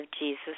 Jesus